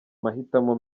mahitamo